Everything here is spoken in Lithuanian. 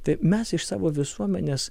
taip mes iš savo visuomenės